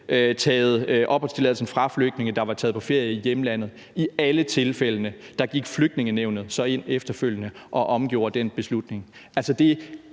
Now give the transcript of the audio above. taget opholdstilladelsen fra flygtninge, der var taget på ferie i hjemlandet. I alle tilfældene gik Flygtningenævnet ind efterfølgende og omgjorde den beslutning.